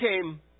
came